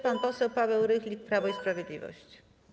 Pan poseł Paweł Rychlik, Prawo i Sprawiedliwość.